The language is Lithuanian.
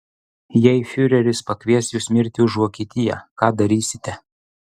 jei fiureris pakvies jus mirti už vokietiją ką darysite